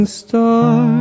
star